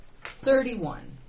Thirty-one